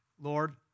Lord